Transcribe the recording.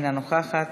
אינה נוכחת.